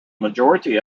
majority